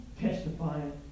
testifying